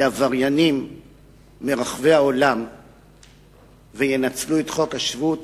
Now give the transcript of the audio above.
לעבריינים מרחבי העולם וינצלו את חוק השבות,